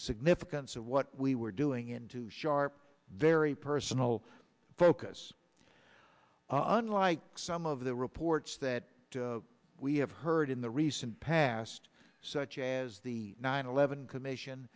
significance of what we were doing into sharp very personal focus unlike some of the reports that we have heard in the recent past such as the nine eleven commission